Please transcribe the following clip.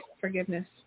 Forgiveness